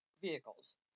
vehicles